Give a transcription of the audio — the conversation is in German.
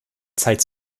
zeit